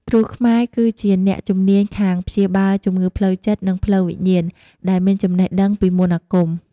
គ្រូខ្មែរគឺជាអ្នកជំនាញខាងព្យាបាលជំងឺផ្លូវចិត្ត និងផ្លូវវិញ្ញាណ ដែលមានចំណេះដឹងពីមន្តអាគម។